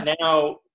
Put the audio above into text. now